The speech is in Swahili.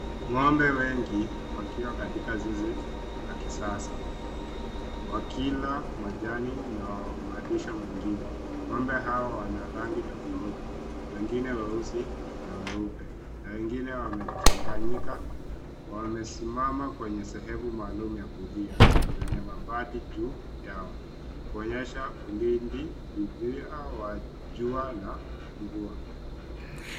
Ngo'mbe wengi wakiwa katika zizi la kisasa, wakila majani na malisho mengine. Ngo'mbe hao wana rangi tofauti ,wengine weusi na weupe na wengine wamechanganyika. Wamesimama kwenye sehemu maalum ya kulia zenye mabati juu yao , kuonyesha ulindi dhidi ya jua na mvua.